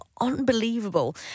unbelievable